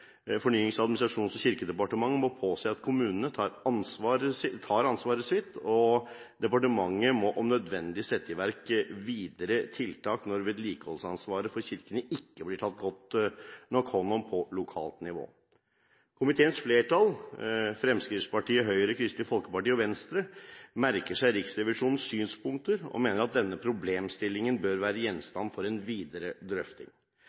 Fornyings-, administrasjons- og kirkedepartementet må påse at kommunene tar ansvaret sitt, og departementet må om nødvendig sette i verk videre tiltak når vedlikeholdsansvaret for kirkene ikke blir tatt godt nok hånd om på lokalt nivå. Komiteens flertall, Fremskrittspartiet, Høyre, Kristelig Folkeparti og Venstre, merker seg Riksrevisjonens synspunkter og mener at denne problemstillingen bør være gjenstand for en videre drøfting.